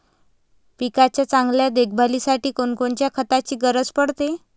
पिकाच्या चांगल्या देखभालीसाठी कोनकोनच्या खताची गरज पडते?